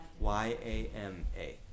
Y-A-M-A